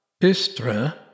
istra